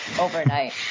overnight